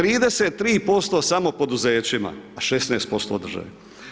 33% samo poduzećima, a 16% državi.